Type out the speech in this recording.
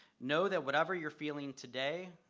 know that whatever you're feeling today,